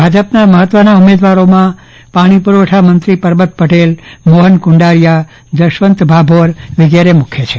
ભાજપના મહ ત્વના ઉમેદવારોમાં પાણી પુરવઠા મંત્રી પરબત પટેલ મોફન કુંડારીયા તથા જસવંત ભાભોર મુખ્ય છે